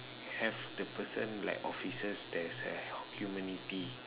have the person like officers there's a humility